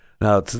Now